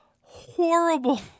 horrible